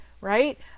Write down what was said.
right